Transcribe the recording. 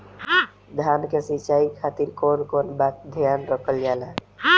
धान के सिंचाई खातिर कवन कवन बात पर ध्यान रखल जा ला?